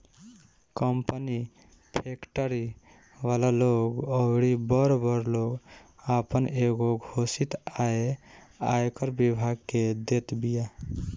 company, factory वाला लोग अउरी बड़ बड़ लोग आपन एगो घोषित आय आयकर विभाग के देत बिया